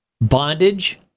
Bondage